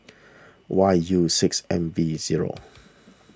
Y U six M V zero